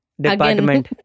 department